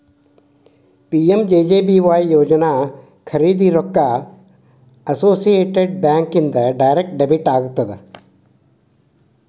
PMJJBY ಯೋಜನಾ ಖರೇದಿ ರೊಕ್ಕ ಅಸೋಸಿಯೇಟೆಡ್ ಬ್ಯಾಂಕ್ ಇಂದ ಡೈರೆಕ್ಟ್ ಡೆಬಿಟ್ ಆಗತ್ತ